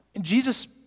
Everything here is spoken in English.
Jesus